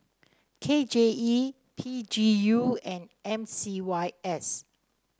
K J E P G U and M C Y S